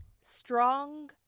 Strong